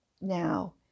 Now